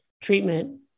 treatment